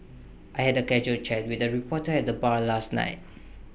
I had A casual chat with A reporter at the bar last night